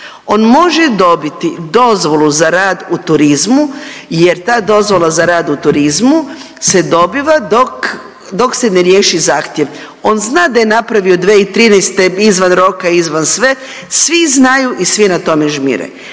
on može dobiti dozvolu za rad u turizmu jer ta dozvola za rad u turizmu se dobiva dok, dok se ne riješi zahtjev. On zna da je napravio 2013. izvan roka i izvan sve, svi znaju i svi na tome žmire.